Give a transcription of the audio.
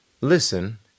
listen